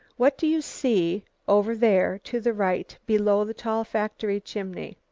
what do you see over there to the right, below the tall factory chimney?